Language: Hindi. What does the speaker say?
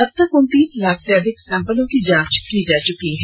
अब तक उन्नीस लाख से अधिक सैंपल की जांच की जा चुकी है